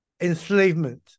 enslavement